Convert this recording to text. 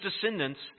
descendants